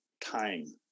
time